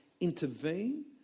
intervene